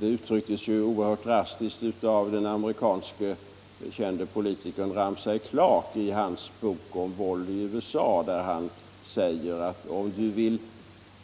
Det uttrycktes ju oerhört drastiskt av den amerikanske kände politikern Ramsey Clark i hans bok om våld i USA, där han säger: Om du vill